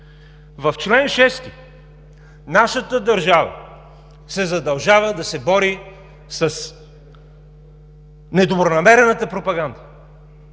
В чл. 6 нашата държава се задължава да се бори с недобронамерената пропаганда.